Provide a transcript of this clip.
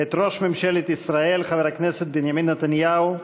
את ראש ממשלת ישראל, חבר הכנסת בנימין נתניהו,